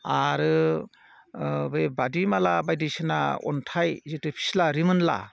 आरो बै बादिमाला बायदिसिना अन्थाइ जितु फिस्ला रिमोनला